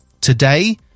Today